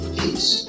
peace